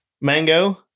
Mango